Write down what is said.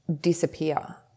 disappear